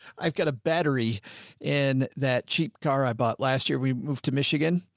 i've got a battery in that cheap car i bought last year, we moved to michigan.